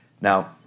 Now